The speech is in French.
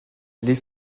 les